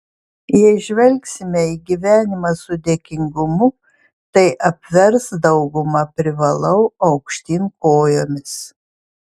jei žvelgsime į gyvenimą su dėkingumu tai apvers daugumą privalau aukštyn kojomis